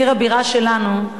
עיר הבירה שלנו,